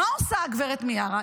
מה עושה הגברת מיארה?